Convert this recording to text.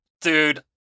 Dude